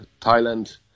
Thailand